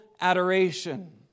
adoration